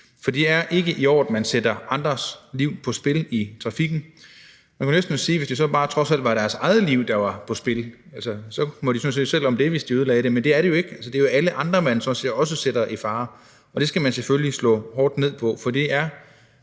For det er ikke i orden, at man sætter andres liv på spil i trafikken. Man kunne næsten sige, at hvis det så trods alt bare var deres eget liv, der var på spil, så måtte de sådan set selv om det, men det er det jo ikke. Det er jo alle andre, man sådan set også bringer i fare, og det skal vi selvfølgelig slå hårdt ned på. For det er